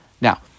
Now